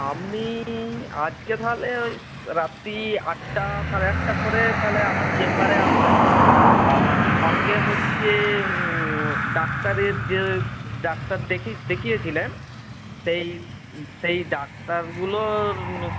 আপনি আজকে তাহলে ওই রাত্রি আটটা সাড়ে আটটা করে তাহলে আমার চেম্বারে আসবেন আর সঙ্গে হচ্ছে ডাক্তারের যে ডাক্তার দেখিয়েছিলেন সেই সেই ডাক্তারগুলোর